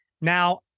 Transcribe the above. Now